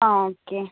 ആ ഓക്കേ